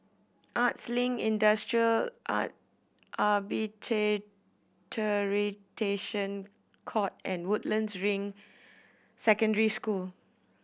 Arts Link Industrial Court and Woodlands Ring Secondary School